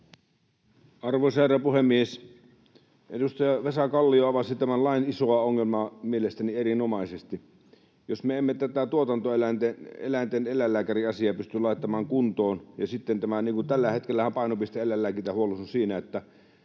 Arvoisa herra puhemies! Edustaja Vesa Kallio avasi tämän lain isoa ongelmaa mielestäni erinomaisesti. Jos me emme tätä tuotantoeläinten eläinlääkäriasiaa pysty laittamaan kuntoon... Ja sitten tällä hetkellähän painopiste eläinlääkintähuollossa on siinä, että